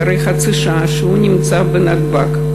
אחרי חצי שעה שהוא נמצא בנתב"ג,